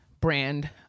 brand